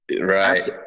right